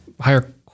higher